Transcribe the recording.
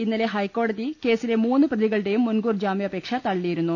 ഇന്നല്ലെ ട്ഹെക്കോടതി കേസിലെ മൂന്ന് പ്രതികളുടെയും മുൻകൂർ ജാമ്യാപേക്ഷ തളളി യിരുന്നു